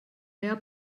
mehr